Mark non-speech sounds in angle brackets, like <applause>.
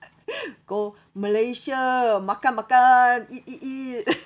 <laughs> go malaysia makan makan eat eat eat <laughs>